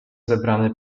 zebrane